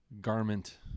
garment